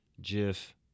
jiff